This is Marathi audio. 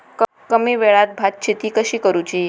कमी वेळात भात शेती कशी करुची?